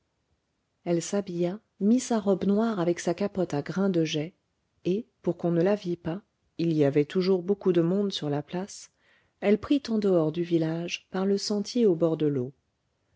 elle s'habilla mit sa robe noire avec sa capote à grains de jais et pour qu'on ne la vît pas il y avait toujours beaucoup de monde sur la place elle prit en dehors du village par le sentier au bord de l'eau